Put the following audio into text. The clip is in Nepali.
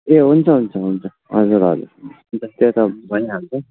ए हुन्छ हुन्छ हुन्छ हजुर हजुर हजुर त्यो त भइहाल्छ